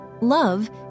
Love